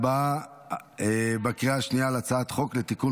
להצבעה בקריאה שנייה על הצעת חוק לתיקון